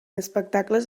espectacles